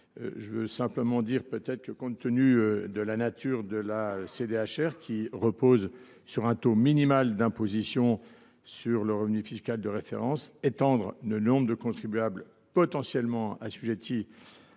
exceptionnelle sur les hauts revenus. Compte tenu de la nature de la CDHR, qui repose sur un taux minimal d’imposition sur le revenu fiscal de référence, étendre le nombre de contribuables potentiellement assujettis